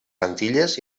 antilles